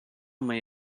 may